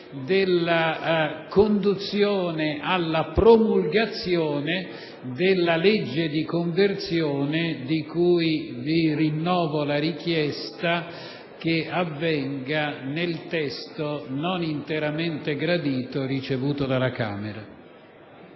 della conduzione alla promulgazione della legge di conversione, in merito alla quale vi rinnovo la richiesta che sia approvata nel testo, non interamente gradito, ricevuto dalla Camera.